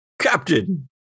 Captain